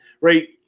right